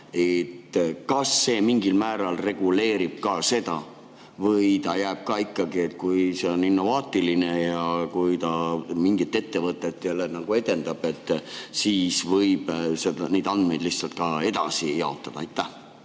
Kas see mingil määral reguleerib ka seda või see jääb ikkagi nii, et kui see on innovaatiline ja kui see mingit ettevõtet edendab, siis võib neid andmeid lihtsalt edasi jaotada?